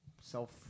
self